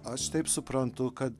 aš taip suprantu kad